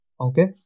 Okay